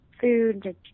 food